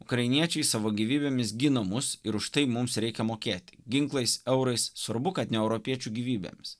ukrainiečiai savo gyvybėmis gina mus ir už tai mums reikia mokėti ginklais eurais svarbu kad ne europiečių gyvybėms